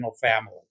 family